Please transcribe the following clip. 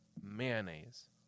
mayonnaise